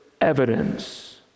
evidence